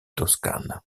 toscane